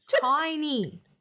tiny